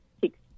six